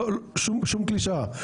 שום קלישאה,